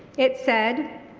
it said,